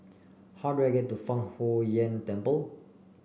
how do I get to Fang Huo Yuan Temple